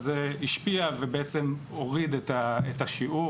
אז זה השפיע ובעצם הוריד את השיעור,